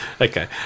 Okay